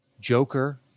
Joker